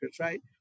right